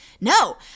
No